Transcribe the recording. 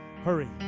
hurry